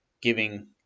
giving